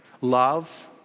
Love